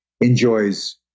enjoys